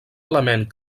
element